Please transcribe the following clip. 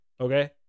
okay